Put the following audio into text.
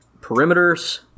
perimeters